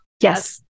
yes